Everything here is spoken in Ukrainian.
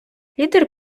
лідер